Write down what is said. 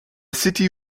city